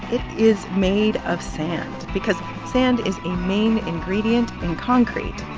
it is made of sand because sand is a main ingredient in concrete,